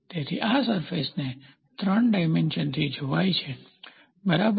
તેથી આ સરફેસને 3 ડાયમેન્શન થી જોવાય છે બરાબર